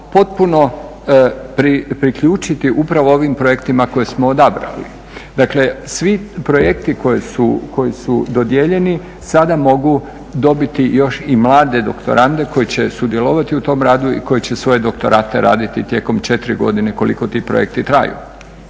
potpuno priključiti upravo ovim projektima koje smo odabrali. Dakle, svi projekti koji su dodijeljeni sada mogu dobiti još i mlade doktorante koji će sudjelovati u tom radu i koji će svoje doktorate raditi tijekom 4 godine koliko ti projekti traju.